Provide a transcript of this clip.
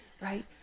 right